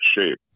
shape